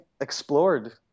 explored